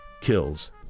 kills